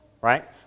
right